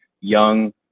young